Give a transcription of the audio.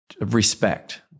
respect